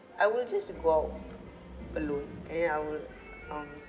I will just go out alone and I will um